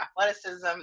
athleticism